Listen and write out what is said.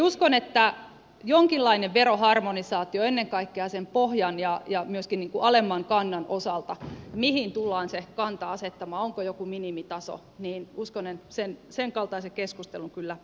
uskon että tarvitaan jonkinlainen veroharmonisaatio ennen kaikkea sen pohjan ja myöskin alemman kannan osalta mihin tullaan se kanta asettamaan onko joku minimitaso ja sen kaltaisen keskustelun kyllä